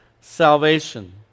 salvation